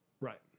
Right